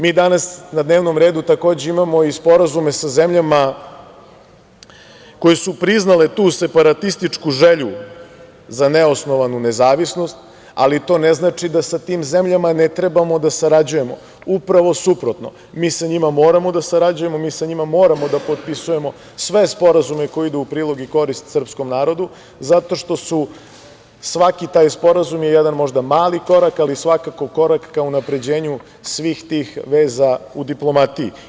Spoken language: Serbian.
Mi danas na dnevnom redu takođe imao i sporazume sa zemljama koje su priznale tu separatističku želju za neosnovanu nezavisnost, ali to ne znači da sa tim zemljama ne trebamo da sarađujemo, upravo suprotno, mi sa njima moramo da sarađujemo, mi sa njima moramo da potpisujemo sve sporazume koji idu u prilog i korist srpskom narodu, zato što je svaki taj sporazum jedan možda mali korak, ali svakako korak ka unapređenju svih tih veza u diplomatiji.